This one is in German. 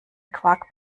quark